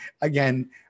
again